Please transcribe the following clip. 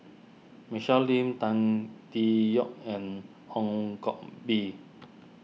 Michelle Lim Tan Tee Yoke and Hong Koh Bee